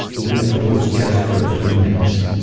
even if it was just for a few minutes.